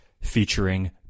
featuring